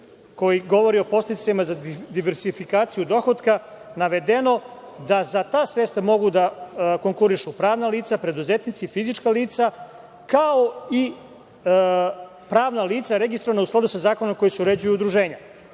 koji govori o podsticajima za diverisifikaciju dohotka navedeno da za ta sredstva mogu da konkurišu pravna lica, preduzetnici, fizička lica, kao i pravna lica registrovana u skladu sa zakonom kojim se uređuju udruženja.